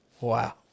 Wow